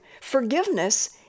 Forgiveness